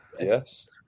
Yes